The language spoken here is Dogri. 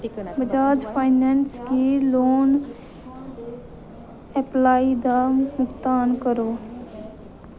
बजाज फाइनैंस गी लोन ऐप्लाई दा भुगतान करो